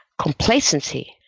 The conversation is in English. complacency